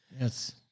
yes